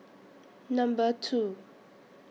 Number two